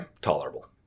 tolerable